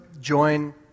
join